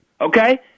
Okay